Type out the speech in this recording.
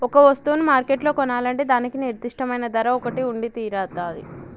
ఒక వస్తువును మార్కెట్లో కొనాలంటే దానికి నిర్దిష్టమైన ధర ఒకటి ఉండితీరతాది